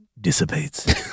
dissipates